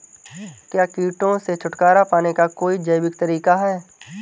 क्या कीटों से छुटकारा पाने का कोई जैविक तरीका है?